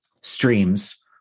streams